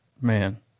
Man